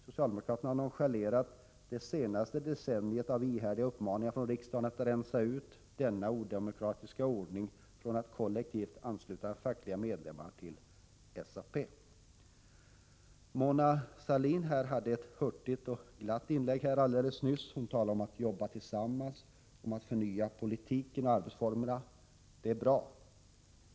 Socialdemokraterna har nonchalerat det senaste decenniet av ihärdiga uppmaningar från riksdagen att rensa ut den odemokratiska ordningen att fackliga medlemmar kollektivt ansluts till SAP. Mona Sahlin hade ett hurtigt och glatt inlägg alldeles nyss. Hon talade om att jobba tillsammans, om att förnya politiken och arbetsformerna. Det är bra.